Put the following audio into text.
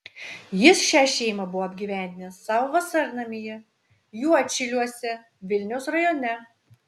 jis šią šeimą buvo apgyvendinęs savo vasarnamyje juodšiliuose vilniaus rajone